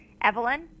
Evelyn